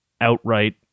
outright